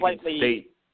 State